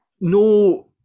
No